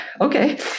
okay